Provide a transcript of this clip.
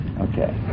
Okay